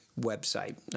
website